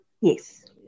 Yes